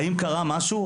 האם קרה משהו?